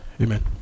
Amen